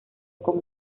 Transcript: como